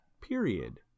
Period